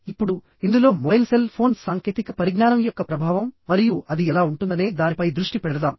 ఇప్పుడుఇందులో mobile cell phone సాంకేతిక పరిజ్ఞానం యొక్క ప్రభావం మరియు అది ఎలా ఉంటుందనే దానిపై దృష్టి పెడదాం